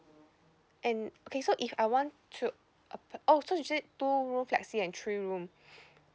and okay so if I want to ap~ oh so you said two room flexi and three room